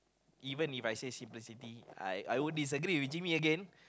even If I say simplicity I I won't disagree with Jimmy again